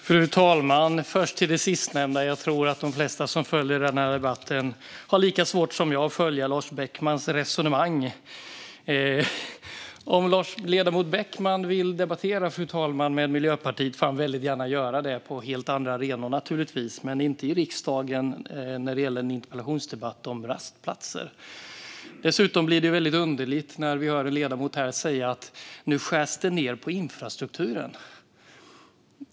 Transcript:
Fru talman! Jag börjar med det sistnämnda. Jag tror att de flesta som följer denna debatt har lika svårt som jag att följa Lars Beckmans resonemang. Om ledamot Beckman vill debattera med Miljöpartiet får han väldigt gärna göra det på helt andra arenor, naturligtvis, men inte i riksdagen när det gäller en interpellationsdebatt om rastplatser. Dessutom blir det väldigt underligt när vi hör en ledamot här säga att det nu skärs ned på infrastrukturen.